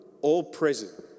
all-present